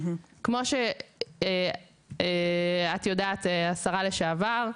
כמו שאת יודעת, השרה לשעבר,